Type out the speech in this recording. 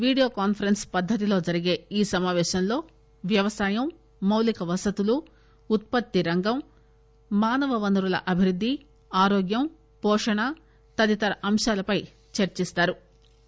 video conference పద్దతిలో జరిగే ఈ సమాపేశంలో వ్యవసాయం మౌలిక వసతులు ఉత్పత్తి రంగం మానవ వనరుల అభివృద్ధి ఆరోగ్యం పోషణ తదితర అంశాలపై చర్చించనున్నారు